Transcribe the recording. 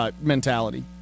mentality